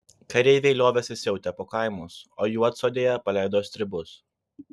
kareiviai liovėsi siautę po kaimus o juodsodėje paleido stribus